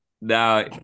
Now